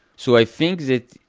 so i think that,